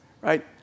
right